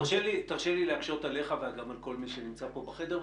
תרשה לי להקשות עליך ועל כל מי שנמצא פה בחדר,